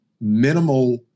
minimal